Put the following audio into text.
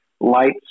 lights